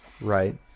Right